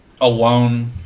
alone